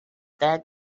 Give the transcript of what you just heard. that